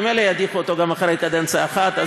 ממילא ידיחו אותו אחרי קדנציה אחת.